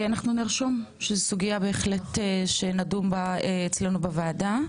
נרשום שזו סוגיה שבהחלט נדון בה אצלנו בוועדה.